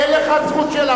אין לך זכות שאלה.